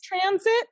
transit